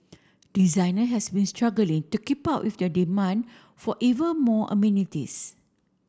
designer has been struggling to keep up with the demand for even more amenities